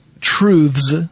truths